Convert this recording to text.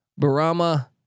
Barama